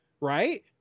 Right